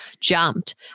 jumped